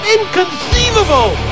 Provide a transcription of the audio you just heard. Inconceivable